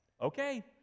Okay